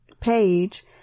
page